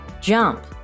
jump